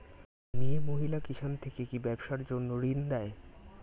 মিয়ে মহিলা কিষান থেকে কি ব্যবসার জন্য ঋন দেয়?